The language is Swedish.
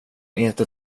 inte